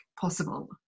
possible